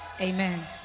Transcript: Amen